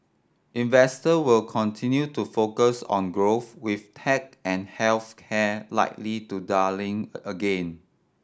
investors will continue to focus on growth with tech and health care likely darling again